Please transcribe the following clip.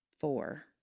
four